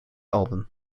album